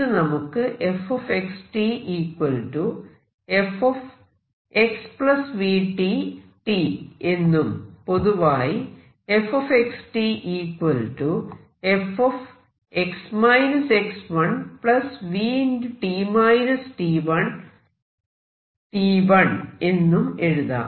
ഇത് നമുക്ക് എന്നും പൊതുവായി എന്നും എഴുതാം